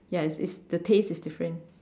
ya it's it's the taste it's different